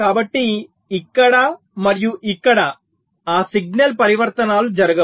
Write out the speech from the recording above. కాబట్టి ఇక్కడ మరియు ఇక్కడ ఆ సిగ్నల్ పరివర్తనాలు జరగవు